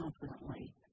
confidently